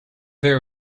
there